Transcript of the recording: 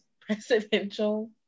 presidential